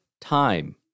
time